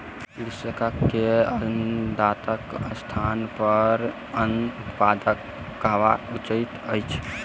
कृषक के अन्नदाताक स्थानपर अन्न उत्पादक कहब उचित अछि